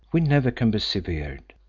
we never can be severed,